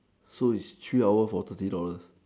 so it's three hour from fifty dollars